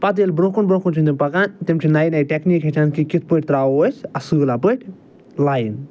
پتہٕ ییٚلہِ برٛونٛہہ کُن کُن چھِنہٕ تِم پکان تِم چھِ نَیہِ نَیہِ ٹٮ۪کنیٖک ہیٚچھان کہِ کِتھ پٲٹھۍ ترٛاوو أسۍ اصۭلا پٲٹھۍ لایَن